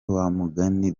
wamugani